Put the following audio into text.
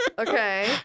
Okay